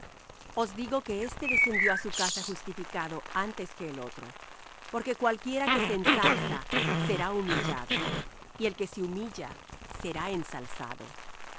os digo que éste descendió á su casa justificado antes que el otro porque cualquiera que se ensalza será humillado y el que se humilla será ensalzado